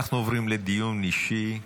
אנחנו עוברים לדיון אישי,